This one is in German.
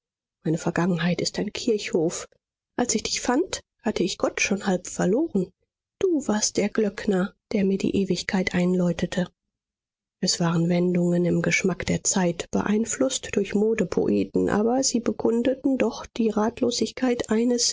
meine vergangenheit ist ein kirchhof als ich dich fand hatte ich gott schon halb verloren du warst der glöckner der mir die ewigkeit einläutete es waren wendungen im geschmack der zeit beeinflußt durch modepoeten aber sie bekundeten doch die ratlosigkeit eines